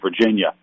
Virginia